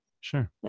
Sure